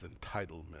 entitlement